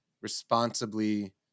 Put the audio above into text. responsibly